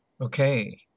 Okay